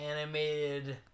animated